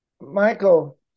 Michael